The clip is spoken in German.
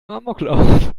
amoklauf